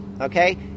okay